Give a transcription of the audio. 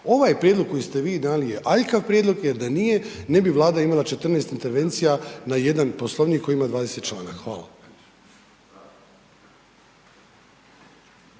Ovaj prijedlog koji ste vi dali je aljkav prijedlog jer da nije ne bi Vlada imala 14 intervencija na jedan poslovnik koji ima 20 članaka. Hvala.